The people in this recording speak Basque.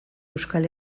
euskal